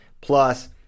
Plus